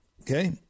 Okay